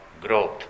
growth